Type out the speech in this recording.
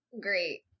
great